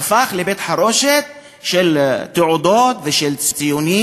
הפך לבית-חרושת של תעודות ושל ציונים,